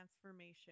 transformation